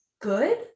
good